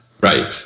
right